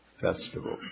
festival